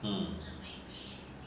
hmm